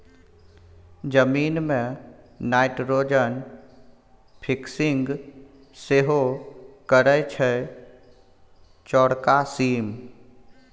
जमीन मे nitrogen fixing सेहो करय छै चौरका सीम